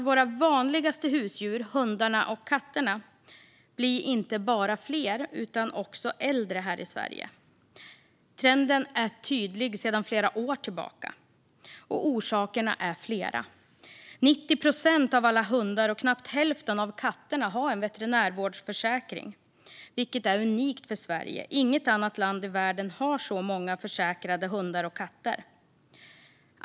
Våra vanligaste husdjur, hundarna och katterna, blir inte bara fler utan också äldre här i Sverige. Trenden är tydlig sedan flera år tillbaka, och orsakerna är flera. 90 procent av alla hundar och knappt hälften av katterna har en veterinärvårdsförsäkring, vilket är unikt för Sverige. Inget annat land i världen har så många försäkrade hundar och katter.